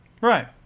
Right